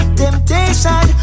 temptation